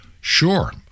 Sure